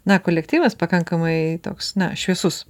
na kolektyvas pakankamai toks šviesus